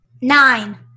Nine